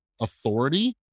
authority